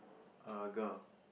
a girl